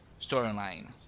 storyline